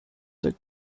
the